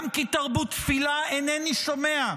גם כי תרבו תפלה אינני שומע,